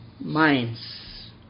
minds